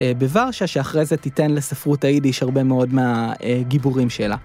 בוורשה, שאחרי זה תיתן לספרות היידיש הרבה מאוד מהגיבורים שלה.